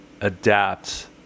adapt